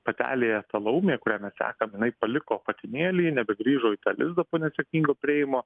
patelė ta laumė kurią mes sekam jinai paliko patinėlį nebegrįžo į tą lizdą po nesėkmingo perėjimo